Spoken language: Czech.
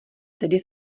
tedy